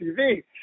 TV